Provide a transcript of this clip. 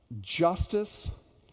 justice